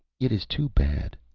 it is too bad,